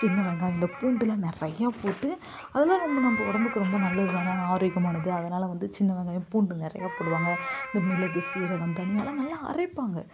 சின்ன வெங்காயம் இந்த பூண்டெலாம் நிறையா போட்டு அதெல்லாம் ரொம்ப நம்ப உடம்புக்கு ரொம்ப நல்லதுதானே ஆரோக்கியமானது அதனால் வந்து சின்ன வெங்காயம் பூண்டு நிறையா போடுவாங்க இந்த மிளகு சீரகம் தனியாவெலாம் நல்லா அரைப்பாங்க